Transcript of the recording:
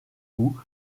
goût